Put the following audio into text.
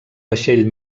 vaixell